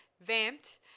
vamped